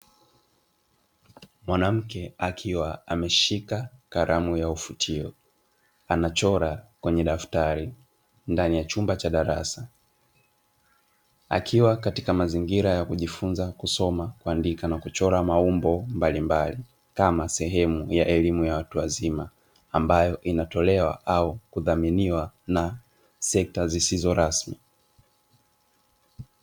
Mwanamke akiwa ameshika kalamu ya ufutio anachora kwenye daftari, ndani ya chumba cha darasa akiwa katika mazingira ya kujifunza kusoma na kuandika na kuchora maumbo mbalimbali kama sehemu ya elimu ya watu wazima, ambayo inatolewa au kudhaminiwa na sekta zisizo rasmi.